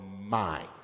mind